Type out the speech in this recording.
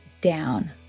down